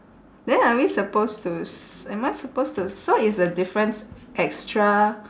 then are we supposed to s~ am I supposed to so is the difference extra